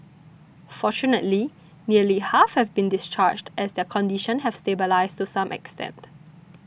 fortunately nearly half have been discharged as their condition have stabilised to some extent